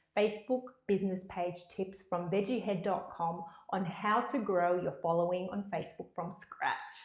facebook business page tips from vegiehead dot com on how to grow your following on facebook from scratch.